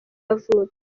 yavutse